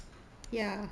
ya